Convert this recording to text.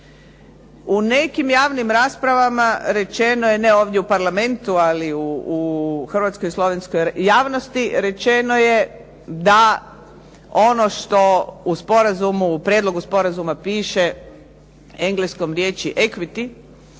U nekim javnim raspravama rečeno je, ne ovdje u parlamentu ali u hrvatskoj i slovenskoj javnosti rečeno je da ono što u sporazumu, u prijedlogu sporazuma piše engleskom riječi equity